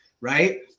right